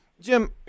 Jim